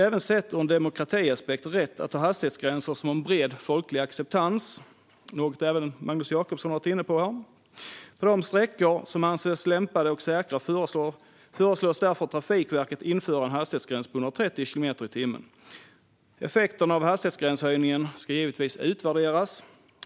Även sett ur en demokratiaspekt är det rätt att ha hastighetsgränser som har en bred folklig acceptans, vilket även Magnus Jacobsson har varit inne på. På de sträckor som anses lämpade och säkra föreslås därför att Trafikverket inför en hastighetsgräns på 130 kilometer i timmen. Effekterna av hastighetsgränshöjningen ska givetvis utvärderas.